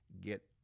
get